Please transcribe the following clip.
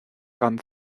gan